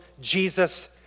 Jesus